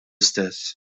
istess